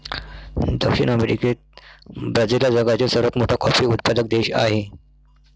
दक्षिण अमेरिकेत ब्राझील हा जगातील सर्वात मोठा कॉफी उत्पादक देश आहे